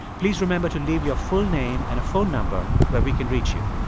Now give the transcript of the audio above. please remember to leave your full name and a phone number where we can reach you